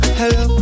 hello